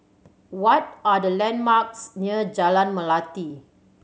what are the landmarks near Jalan Melati